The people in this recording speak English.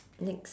next